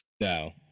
No